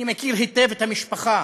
אני מכיר היטב את המשפחה,